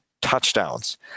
touchdowns